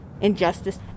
injustice